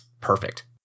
perfect